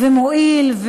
ומועיל,